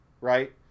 right